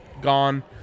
gone